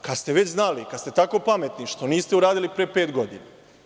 Kada ste već znali, kada ste tako pametni, što niste uradili pre pet godina?